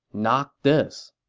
not this.